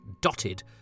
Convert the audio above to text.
dotted